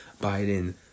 Biden